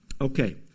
Okay